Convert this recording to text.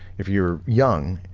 if you're young,